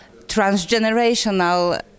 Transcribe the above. transgenerational